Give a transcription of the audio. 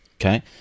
Okay